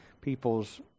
people's